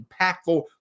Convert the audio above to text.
impactful